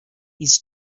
his